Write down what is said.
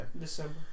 December